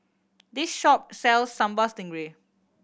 this shop sells Sambal Stingray